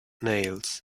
nails